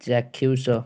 ଚାକ୍ଷୁଷ